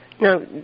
Now